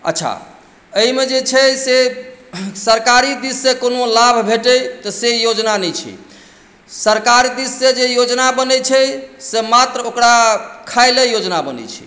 अच्छा एहिमे जे छै से सरकारी दिससँ कोनो लाभ भेटैत तऽ से योजना नहि छै सरकार दिससँ जे योजना बनैत छै से मात्र ओकरा खाय लऽ योजना बनैत छै